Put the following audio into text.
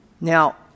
Now